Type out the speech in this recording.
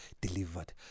delivered